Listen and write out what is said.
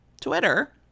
twitter